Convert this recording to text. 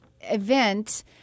event